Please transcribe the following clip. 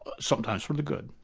sometimes for the good,